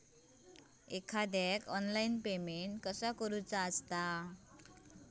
एखाद्याला online payment कसा करायचा?